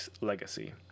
legacy